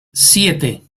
siete